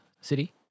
city